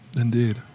Indeed